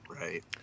Right